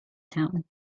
town